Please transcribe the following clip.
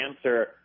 answer